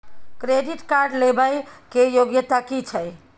Credit card लेबै के योग्यता कि छै?